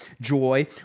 joy